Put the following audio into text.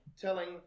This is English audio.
telling